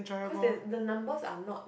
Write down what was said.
cause there's the numbers are not